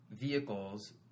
vehicles